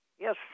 yes